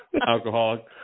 Alcoholic